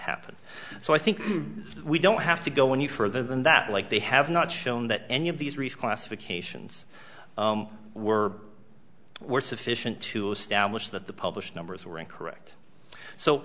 happened so i think we don't have to go when you further than that like they have not shown that any of these reached classifications were were sufficient to establish that the published numbers were incorrect so